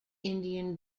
indian